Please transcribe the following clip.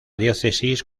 diócesis